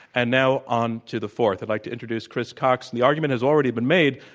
and now on to the fourth, i'd like to introduce chris cox, the argument has already been made,